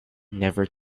never